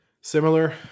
Similar